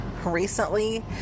recently